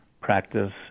practice